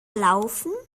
laufen